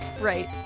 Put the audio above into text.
Right